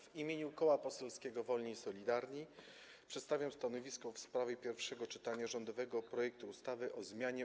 W imieniu Koła Poselskiego Wolni i Solidarni przedstawiam stanowisko w sprawie pierwszego czytania rządowego projektu ustawy o zmianie